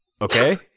okay